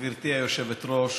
גברתי היושבת-ראש,